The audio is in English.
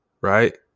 right